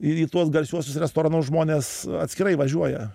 ir į tuos garsiuosius restoranus žmonės atskirai važiuoja